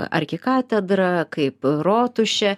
arkikatedra kaip rotušė